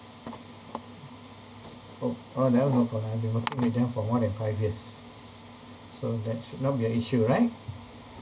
oh oh that one no problem I've been working with them for more than five years so that should not be an issue right